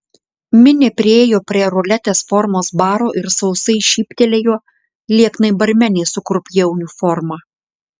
minė priėjo prie ruletės formos baro ir sausai šyptelėjo lieknai barmenei su krupjė uniforma